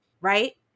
Right